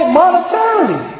monetarily